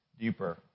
deeper